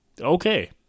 Okay